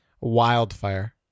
wildfire